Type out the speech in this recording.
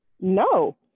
No